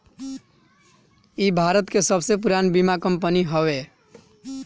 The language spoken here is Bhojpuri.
इ भारत के सबसे पुरान बीमा कंपनी हवे